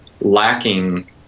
lacking